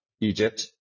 Egypt